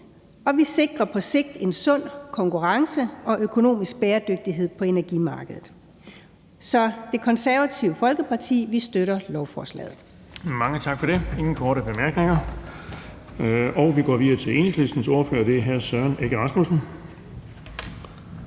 og vi sikrer på sigt en sund konkurrence og økonomisk bæredygtighed på energimarkedet. Så Det Konservative Folkeparti støtter lovforslaget. Kl. 11:37 Den fg. formand (Erling Bonnesen): Mange tak for det. Der er ingen korte bemærkninger. Vi går videre til Enhedslistens ordfører. Det er hr. Søren Egge Rasmussen.